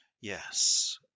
Yes